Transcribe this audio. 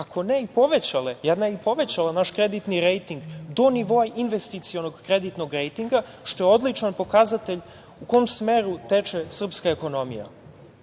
ako ne i povećale, jedna je i povećala naš kreditni rejting do nivoa investicionog kreditnog rejtinga, što je odličan pokazatelj u kom smeru teče srpska ekonomija.